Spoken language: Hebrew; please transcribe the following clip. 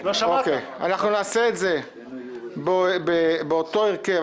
אנחנו נעשה את זה באותו הרכב.